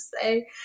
say